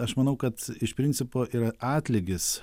aš manau kad iš principo ir atlygis